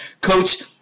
Coach